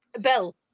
Bill